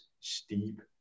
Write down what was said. steep